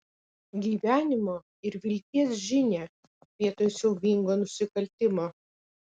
gyvenimo ir vilties žinią vietoj siaubingo nusikaltimo